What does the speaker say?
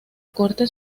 corte